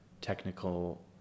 technical